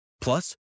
Plus